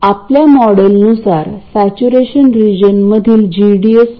Rx हा या Rs पेक्षा खूप जास्त असणे आवश्यक आहे जेणेकरून हा संपूर्ण Vs इथे असेल आणि C1 ≫10Rs Rxअसेल